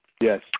Yes